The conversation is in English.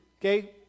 okay